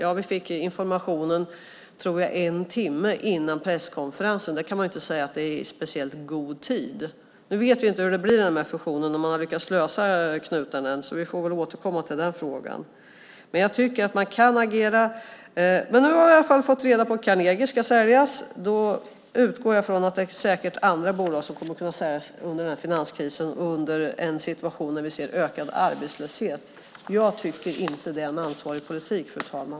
Ja, jag tror att vi fick informationen en timme före presskonferensen. Det kan man inte säga är i speciellt god tid. Nu vet vi inte hur det blir med den här fusionen, om man har lyckats lösa upp knuten än, så vi får väl återkomma till frågan. Men jag tycker att man kan agera. Nu har jag i alla fall fått reda på att Carnegie ska säljas. Då utgår jag från att också andra bolag kommer att kunna säljas under den här finanskrisen och en situation där vi ser en ökad arbetslöshet. Jag tycker inte att det är en ansvarsfull politik, fru talman.